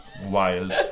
wild